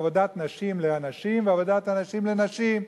עבודת נשים לאנשים ועבודת אנשים לנשים.